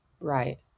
Right